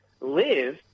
live